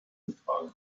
getragen